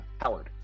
Howard